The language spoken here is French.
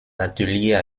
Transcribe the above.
ateliers